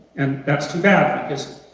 and that's too bad, because